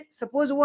suppose